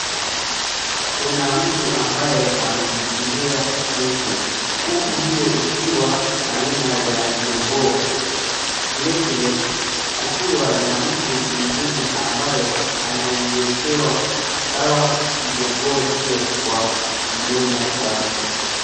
Kuna mtu ambaye ameshikilia kuku. Kuku hiyo ikiwa aina ya jogoo. Vile vile, kukiwa na mtu mwingine ambaye anaiwekewa dawa jogoo hiyo kwa mdomo wake.